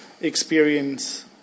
experience